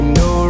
no